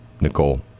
Nicole